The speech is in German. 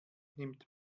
nimmt